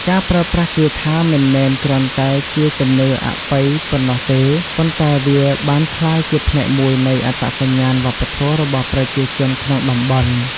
ការប្រើប្រាស់គាថាមិនមែនគ្រាន់តែជាជំនឿអបិយប៉ុណ្ណោះទេ ប៉ុន្តែវាបានក្លាយជាផ្នែកមួយនៃអត្តសញ្ញាណវប្បធម៌របស់ប្រជាជនក្នុងតំបន់។